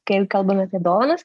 kai kalbame apie dovanas